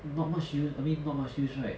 not much use I mean not much use right